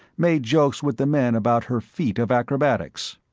made jokes with the men about her feat of acrobatics.